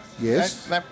Yes